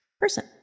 person